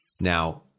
now